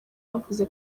bavuze